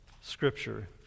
Scripture